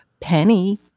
Penny